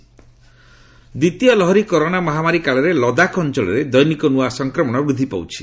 Ladakh Covid ଦ୍ୱିତୀୟ ଲହରୀ corona ମହାମାରୀ କାଳରେ ଲଦାଖ ଅଞ୍ଚଳରେ ଦୈନିକ ନୂଆ ସଫକ୍ରମଣ ବୃଦ୍ଧି ପାଉଛି